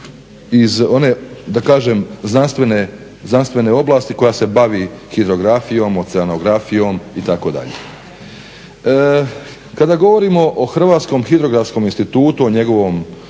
iz one da kažem znanstvene oblasti koja se bavi hidrografijom, oceanografijom itd.. Kada govorimo o Hrvatskom hidrografskom institutu, o njegovom